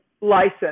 license